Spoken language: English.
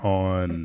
on